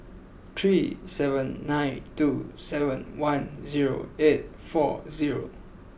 three seven nine two seven one zero eight four zero